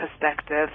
perspective